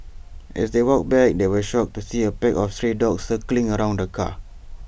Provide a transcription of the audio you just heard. as they walked back they were shocked to see A pack of stray dogs circling around the car